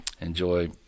enjoy